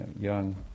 young